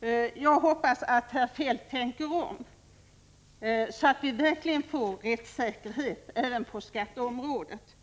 skett. Jag hoppas att herr Feldt tänker om så att vi verkligen får rättssäkerhet även på skatteområdet.